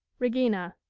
regina.